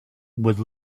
would